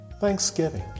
Thanksgiving